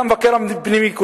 כך כותב המבקר הפנימי.